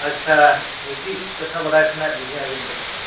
ᱟᱪᱪᱷᱟ ᱢᱤᱫᱴᱤᱡ ᱠᱟᱛᱷᱟ ᱵᱟᱰᱟᱭ ᱥᱟᱱᱟᱭᱮᱛᱞᱤᱧᱟᱹ ᱟᱹᱵᱤᱱ ᱴᱷᱮᱱ ᱠᱷᱚᱱ